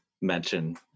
mention